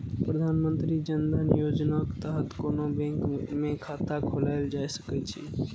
प्रधानमंत्री जन धन योजनाक तहत कोनो बैंक मे खाता खोलाएल जा सकै छै